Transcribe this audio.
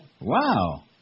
Wow